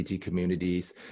communities